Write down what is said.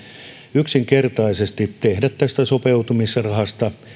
yksinkertaisesti tehdä tästä sopeutumisrahasta